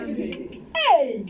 Hey